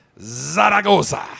Zaragoza